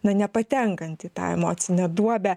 na nepatenkant į tą emocinę duobę